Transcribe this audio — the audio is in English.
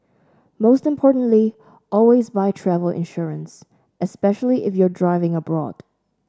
most importantly always buy travel insurance especially if you're driving abroad